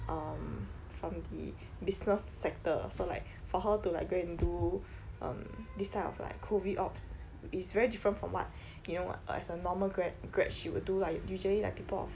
um from the business sector so like for her to like go and do um these type of like COVID ops is very different from what you know as a normal grad grad she will do like usually like people of